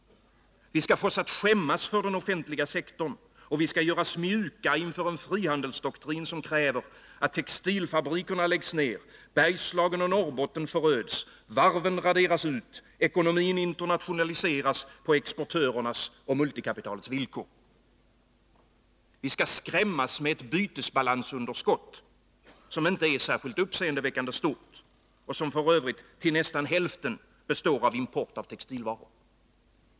Vi skall fås att skämmas för den offentliga sektorn, och vi skall göras mjuka inför en frihandelsdoktrin som kräver att textilfabrikerna läggs ner, Bergslagen och Norrbotten föröds, varven raderas ut, ekonomin internationaliseras på exportörernas och multikapitalets villkor. Vi skall skrämmas med ett bytesbalansunderskott, som inte är särskilt uppseendeväckande stort och som f. ö. till nästan hälften består av import av textilvaror.